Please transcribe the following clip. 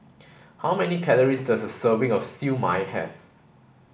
how many calories does a serving of Siew Mai have